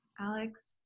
Alex